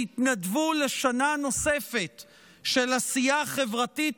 שהתנדבו לשנה נוספת של עשייה חברתית,